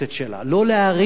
לא להערים עליה,